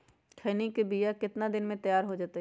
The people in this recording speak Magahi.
खैनी के बिया कितना दिन मे तैयार हो जताइए?